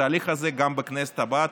בתהליך הזה גם בכנסת הבאה.